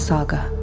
Saga